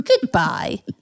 Goodbye